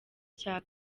icya